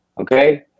Okay